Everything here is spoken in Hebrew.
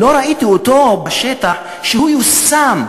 לא ראיתי אותו בשטח, שהוא יושם.